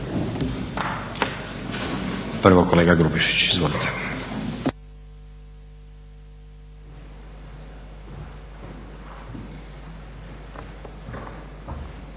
Prvo kolega Grubišić, izvolite.